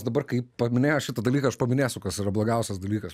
dabar kai paminėjo šitą dalyką aš paminėsiu kas yra blogiausias dalykas